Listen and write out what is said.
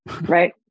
right